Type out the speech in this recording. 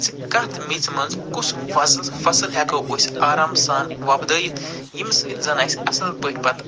زِ کَتھ میٚژِ منٛز کُس فزز فصل ہٮ۪کو أسۍ آرام سان وۄبدٲیِتھ یِمہٕ سۭتۍ زن اَسہِ اَصٕل پٲٹھۍ پتہٕ